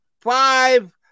five